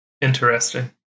Interesting